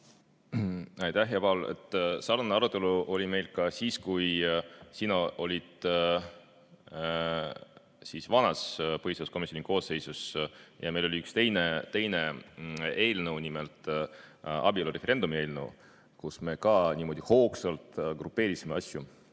Aitäh, hea Paul! Sarnane arutelu oli meil ka siis, kui sina olid vanas põhiseaduskomisjoni koosseisus ja meil oli üks teine eelnõu, nimelt abielureferendumi eelnõu, kus me ka niimoodi hoogsalt grupeerisime asju.